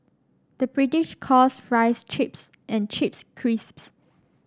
the British calls fries chips and chips crisps